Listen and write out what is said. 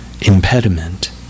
impediment